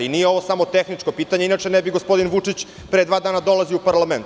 Nije ovo samo tehničko pitanje, inače ne bi gospodin Vučić pre dva dana dolazio u parlament.